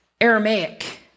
Aramaic